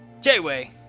J-Way